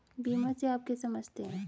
बीमा से आप क्या समझते हैं?